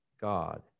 God